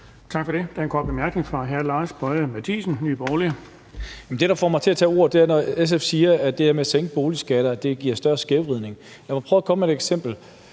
Tak for det. Der er en kort bemærkning fra hr. Lars Boje Mathiesen, Nye Borgerlige. Kl. 17:07 Lars Boje Mathiesen (NB): Det, der får mig til at tage ordet, er, når SF siger, at det her med at sænke boligskatter giver en større skævvridning. Lad mig prøve at komme med et eksempel.